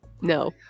no